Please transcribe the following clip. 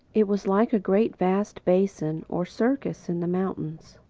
it was like a great vast basin, or circus, in the mountains,